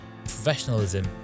professionalism